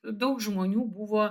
daug žmonių buvo